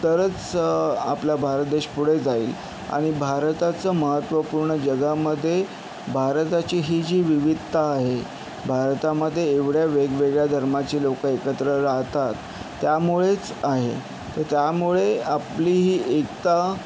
तरच आपला भारत देश पुढे जाईल आणि भारताचं महत्त्व पूर्ण जगामध्ये भारताची ही जी विविधता आहे भारतामध्ये एवढ्या वेगवेगळ्या धर्माची लोकं एकत्र राहतात त्यामुळेच आहे त्यामुळे आपली एकता